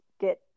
get